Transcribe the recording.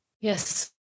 Yes